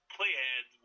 Playhead